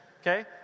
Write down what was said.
Okay